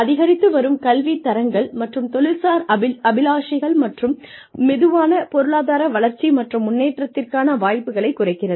அதிகரித்து வரும் கல்வித் தரங்கள் மற்றும் தொழில்சார் அபிலாஷைகள் மற்றும் மெதுவான பொருளாதார வளர்ச்சி மற்றும் முன்னேற்றத்திற்கான வாய்ப்புகளை குறைக்கிறது